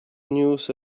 news